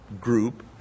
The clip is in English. group